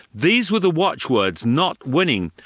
these were the watchwords, not winning.